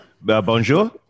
Bonjour